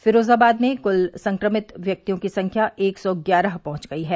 फिरोजाबाद में कुल संक्रमितों की संख्या एक सौ ग्यारह पहुंच गई है